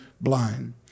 blind